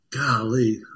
golly